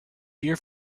dear